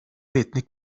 etnik